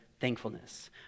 thankfulness